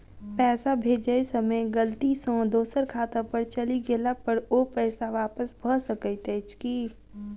पैसा भेजय समय गलती सँ दोसर खाता पर चलि गेला पर ओ पैसा वापस भऽ सकैत अछि की?